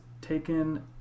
taken